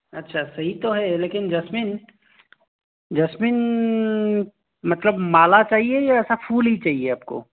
अच्छा सही तो है लेकिन जैस्मिन जैस्मिन मतलब माला चाहिए या ऐसा फूल ही चाहिए आप को